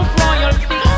royalty